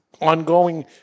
ongoing